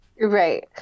Right